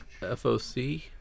FOC